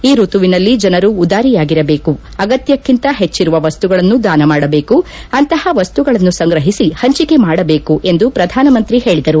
ಈ ಋತುವಿನಲ್ಲಿ ಜನರು ಉದಾರಿಯಾಗಿರಬೇಕು ಅಗತ್ಯಕ್ಕಿಂತ ಹೆಚ್ಚಿರುವ ವಸ್ತುಗಳನ್ನು ದಾನ ಮಾಡಬೇಕು ಅಂತಹ ವಸ್ತುಗಳನ್ನು ಸಂಗ್ರಹಿಸಿ ಹಂಚಿಕೆ ಮಾಡಬೇಕು ಎಂದು ಪ್ರಧಾನಮಂತ್ರಿ ಹೇಳಿದರು